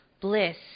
bliss